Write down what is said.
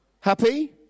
happy